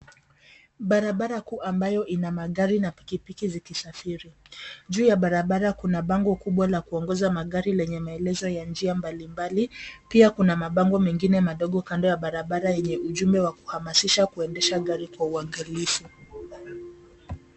Barabara kuu ambayo ina magari na pikipiki zikisafiri. Juu ya barabara kuna bango kubwa la kuogoza magari lenye maelezo ya njia mbalimbali. Pia kuna mabango mengine madogo kando ya barabara yenye ujumbe wa kuhamasisha kuendesha gari kwa uangalifu.